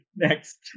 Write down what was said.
Next